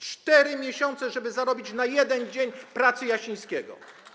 4 miesiące, żeby zarobić na jeden dzień pracy Jasińskiego.